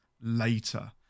later